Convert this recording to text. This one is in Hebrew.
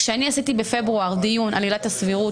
כשאני עשיתי דיון בפברואר על עילת הסבירות